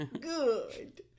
good